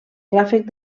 ràfec